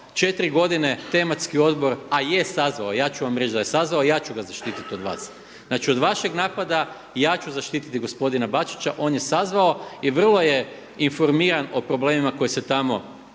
četiri godine tematski odbor, a je sazvao, ja ću vam reći da je sazvao. Ja ću ga zaštiti od vas. Znači od vašeg napada ja ću zaštititi gospodina Bačića, on je sazvao i vrlo je informiran o problemima koji se tamo